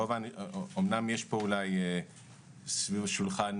יש פה סביב השולחן